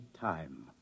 time